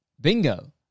Bingo